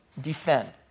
Defend